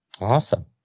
Awesome